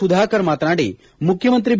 ಸುಧಾಕರ್ ಮಾತನಾಡಿ ಮುಖ್ಯಮಂತ್ರಿ ಬಿ